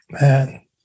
man